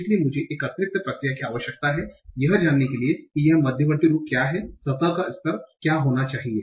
इसलिए मुझे एक अतिरिक्त प्रक्रिया की आवश्यकता है यह जानने के लिए कि यह मध्यवर्ती रूप क्या है सतह का स्तर क्या होना चाहिए